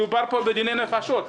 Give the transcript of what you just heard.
מדובר פה בדיני נפשות.